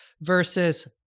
versus